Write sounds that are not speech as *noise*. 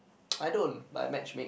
*noise* I don't but I match make